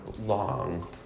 long